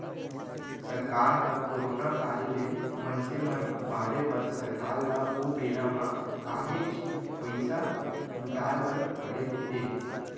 सरकार ह करोना काल ले मनसे मन उबारे बर सरकार ल ओ बेरा म काहेच पइसा जुटाय बर पड़े हे